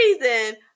reason